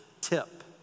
tip